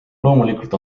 loomulikult